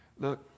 Look